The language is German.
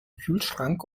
kühlschrank